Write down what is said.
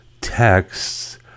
texts